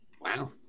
Wow